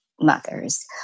mothers